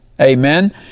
Amen